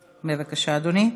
בבקשה, אדוני.